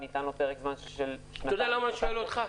וניתן לו פרק זמן של שנתיים --- אתה יודע למה אני שואל אותך?